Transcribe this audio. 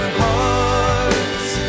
hearts